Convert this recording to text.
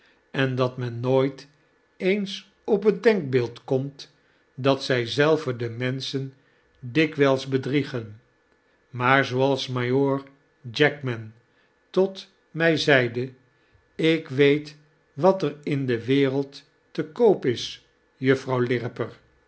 en dat men nooit eens op het denkbeeld komt dat zy zelven de menschen dikwflls bedriegen maar zooals majoor jackmantotmy zeide ik weet wat er in de wereld te koop is juffrouw